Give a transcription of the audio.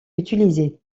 utilisé